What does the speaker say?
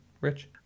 Rich